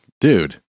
Dude